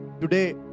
Today